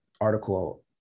article